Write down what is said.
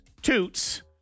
toots